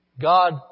God